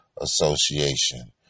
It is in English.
Association